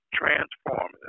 transform